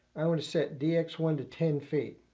i want to set dx one to ten feet.